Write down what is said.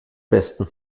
besten